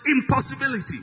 impossibility